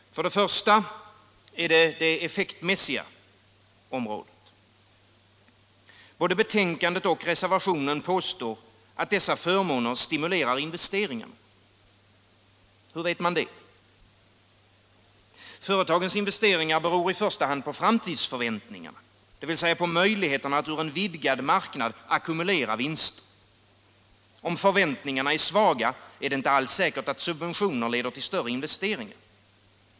Det första området är det effektmässiga. I både betänkandet och reservationen påstås att dessa förmåner stimulerar investeringarna. Hur vet man det? Företagens investeringar beror i första hand på framtidsförväntningarna, dvs. på möjligheterna att ur en vidgad marknad ackumulera vinster. Om förväntningarna är svaga är det inte alls säkert att subventioner leder till större investeringar.